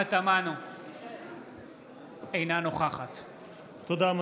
אינה נוכחת תודה.